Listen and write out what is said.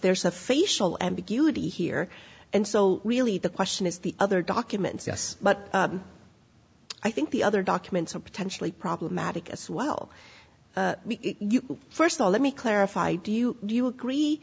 there's a facial ambiguity here and so really the question is the other documents yes but i think the other documents are potentially problematic as well first of all let me clarify do you do you agree